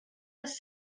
les